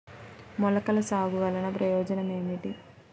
మొలకల సాగు వలన ప్రయోజనం ఏమిటీ?